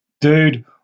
Dude